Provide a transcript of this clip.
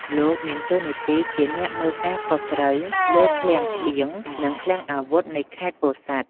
លោកមានតួនាទីជាអ្នកមើលការខុសត្រូវលើឃ្លាំងស្បៀង និងឃ្លាំងអាវុធនៃខេត្តពោធិ៍សាត់។